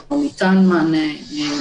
לעשות שימוש בכוח כדי להעביר אדם שמסרב,